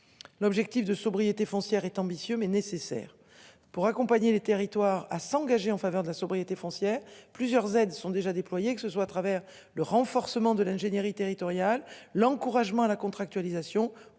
L'objectif de sobriété foncière est ambitieux mais nécessaire pour accompagner les territoires à s'engager en faveur de la sobriété foncière plusieurs aides sont déjà déployés, que ce soit à travers le renforcement de l'ingénierie territoriale l'encouragement à la contractualisation